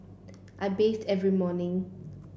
I bathe every morning